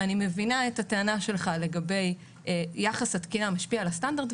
אני מבינה את הטענה שלך לגבי יחס התקינה משפיע על הסטנדרט.